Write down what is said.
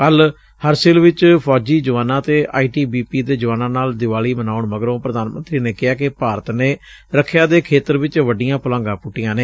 ਕੱਲ੍ਹ ਹਰਸਿਲ ਚ ਫੌਜੀ ਜਵਾਨਾਂ ਅਤੇ ਆਈ ਟੀ ਬੀ ਪੀ ਦੇ ਜਵਾਨਾਂ ਨਾਲ ਦੀਵਾਲੀ ਮਨਾਉਣ ਮਗਰੋਂ ਪ੍ਧਾਨ ਮੰਤਰੀ ਨੇ ਕਿਹਾ ਕਿ ਭਾਰਤ ਨੇ ਰਖਿਆ ਦੇ ਖੇਤਰ ਚ ਵੱਡੀਆਂ ਪੁਲਾਂਘਾ ਪੁੱਟੀਆਂ ਨੇ